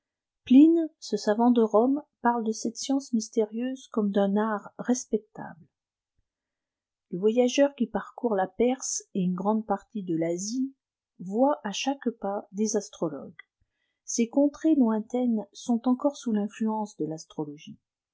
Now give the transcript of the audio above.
pline ce savant de rome parle de cette science mystérieuse comme dun art respectable le voyageur qui parcourt la perse et une grande partie de l'asie voit à chaque pas des astrologues ces contrées loinikines sont encore sous finfluence de l'astrologie